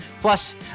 Plus